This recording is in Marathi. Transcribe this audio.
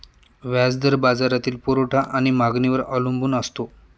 व्याज दर बाजारातील पुरवठा आणि मागणीवर अवलंबून असतो